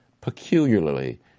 peculiarly